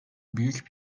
büyük